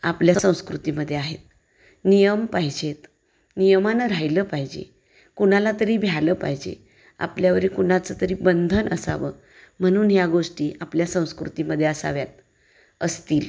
आपल्या संस्कृतीमध्ये आहेत नियम पाहिजेत नियमानं राहिलं पाहिजे कुणाला तरी भ्यालं पाहिजे आपल्यावर कुणाचं तरी बंधन असावं म्हणून ह्या गोष्टी आपल्या संस्कृतीमध्ये असाव्यात असतील